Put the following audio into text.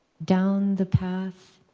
down the path,